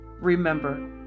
remember